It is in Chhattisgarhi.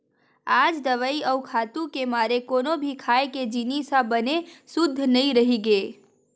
आज दवई अउ खातू के मारे कोनो भी खाए के जिनिस ह बने सुद्ध नइ रहि गे